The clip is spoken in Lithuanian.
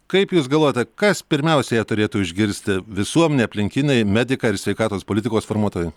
kaip jūs galvojate kas pirmiausiai ją turėtų išgirsti visuomenė aplinkiniai medikai ar sveikatos politikos formuotojai